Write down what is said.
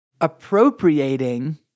appropriating